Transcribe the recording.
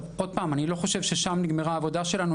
אני לא חושב ששם נגמרת העבודה שלנו,